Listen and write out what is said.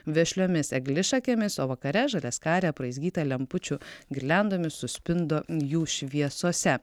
vešliomis eglišakėmis o vakare žaliaskarė apraizgyta lempučių girliandomis suspindo jų šviesose